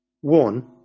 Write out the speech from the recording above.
One